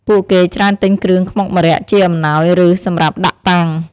ពួកគេច្រើនទិញគ្រឿងខ្មុកម្រ័ក្សណ៍ជាអំណោយ ឬ សម្រាប់ដាក់តាំង។